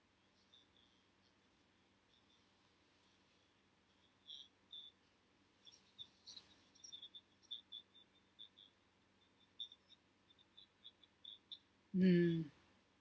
mm